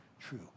true